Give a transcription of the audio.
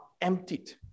emptied